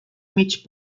mig